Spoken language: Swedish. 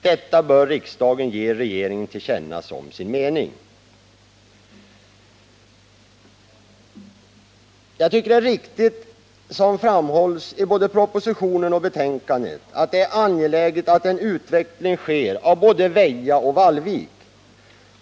Detta bör riksdagen ge regeringen till känna som sin mening.” Jag tycker att det är riktigt, som det framhålls i propositionen och betänkandet, att det är angeläget att en utveckling sker i både Väja och Vallvik.